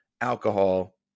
alcohol